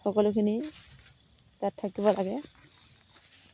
সকলোখিনি তাত থাকিব লাগে